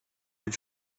your